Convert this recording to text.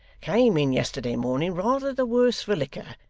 came in yesterday morning rather the worse for liquor,